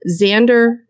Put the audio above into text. Xander